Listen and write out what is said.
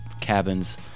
cabins